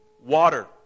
water